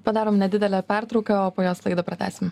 padarom nedidelę pertrauką o po jos laidą pratęsim